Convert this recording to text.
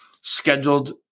Scheduled